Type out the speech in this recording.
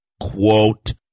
Quote